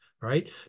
Right